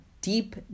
deep